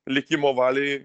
likimo valiai